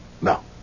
No